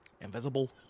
invisible